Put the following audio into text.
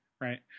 Right